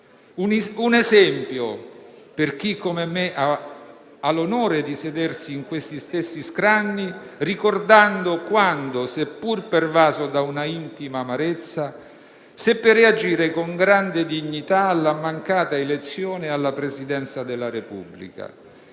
un esempio per chi come me ha l'onore di sedersi in questi stessi scranni ricordando quando, seppur pervaso da un'intima amarezza, seppe reagire con grande dignità alla mancata elezione alla Presidenza della Repubblica.